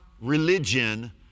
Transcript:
religion